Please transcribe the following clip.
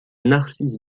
narcisse